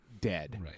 Dead